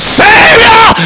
savior